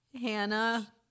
Hannah